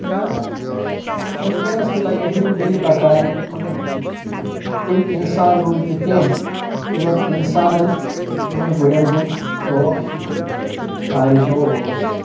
لہذا ؤنکیٚنس تہِ لگہِ ہن یِم بیٚیہِ بکارٕے مگر تِم انسان روٗدۍ نہٕ کینٛہہ یِمن انسانن یِمن گُرٮ۪ن ہُنٛد شوق آرزوٗ اوس